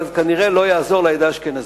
אבל כנראה שזה לא יעזור לעדה האשכנזית.